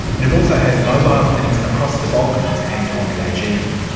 and it also has mobile clinics across the balkans and on the aegean.